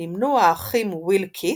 נמנו האחים ויל קית'